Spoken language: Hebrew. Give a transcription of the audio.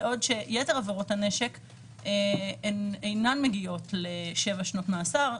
בעוד שיתר עבירות הנשק אינן מגיעות לשבע שנות מאסר.